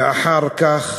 ואחר כך